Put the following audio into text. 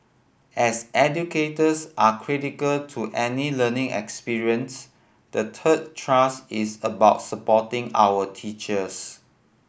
as educators are critical to any learning experience the third thrust is about supporting our teachers